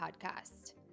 podcast